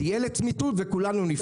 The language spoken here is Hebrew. זה יהיה לצמיתות וכולנו נבכה אחרי זה.